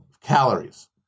calories